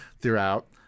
throughout